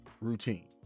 routine